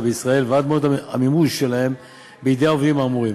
בישראל ועד מועד המימוש שלהן בידי העובדים האמורים.